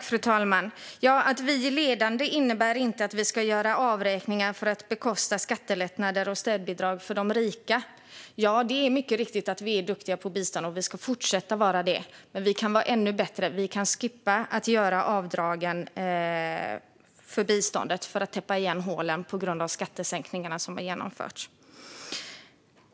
Fru talman! Att vi är ledande innebär inte att vi ska göra avräkningar för att bekosta skattelättnader och städbidrag för de rika. Det är riktigt att vi är duktiga på bistånd, och vi ska fortsätta vara det. Men vi kan vara ännu bättre. Vi kan skippa att göra avdrag på biståndet för att täppa igen hålen på grund av de skattesänkningar som har genomförts.